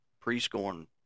pre-scoring